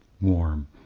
warm